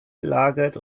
belagert